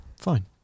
fine